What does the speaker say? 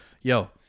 yo